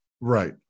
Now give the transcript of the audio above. right